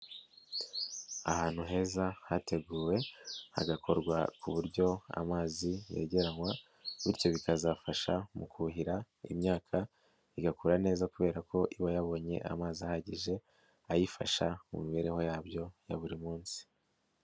Ahantu heza hateguwe hagakorwa ku buryo amazi yegeranywa bityo bikazafasha mu kuhira imyaka igakura neza kubera ko iba yabonye amazi ahagije, ayifasha mu mibereho yabyo ya buri munsi.